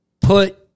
put